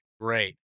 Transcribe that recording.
Great